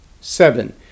Seven